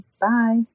bye